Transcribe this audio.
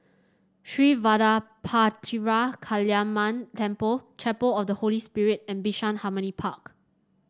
Sri Vadapathira Kaliamman Temple Chapel of the Holy Spirit and Bishan Harmony Park